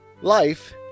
Life